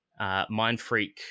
Mindfreak